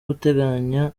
gutunganya